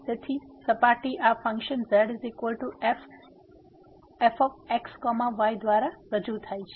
તેથી સપાટી આ function z f x y દ્વારા રજૂ થાય છે